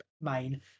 main